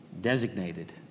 Designated